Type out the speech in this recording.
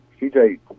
CJ